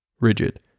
rigid